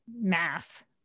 math